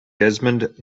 desmond